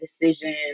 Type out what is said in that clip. decision